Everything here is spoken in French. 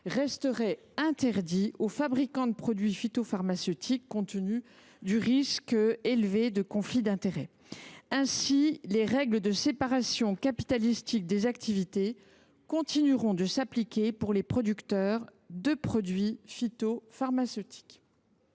resterait interdit aux fabricants de ces produits, compte tenu du risque élevé de conflits d’intérêts. Ainsi, les règles de séparation capitalistique des activités de conseil et de vente continueront de s’appliquer pour les producteurs de produits phytopharmaceutiques.